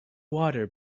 water